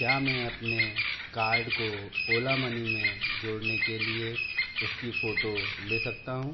क्या मैं अपने कार्ड को ओला मनी में जोड़ने के लिए उसकी फ़ोटो ले सकता हूँ